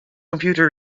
computer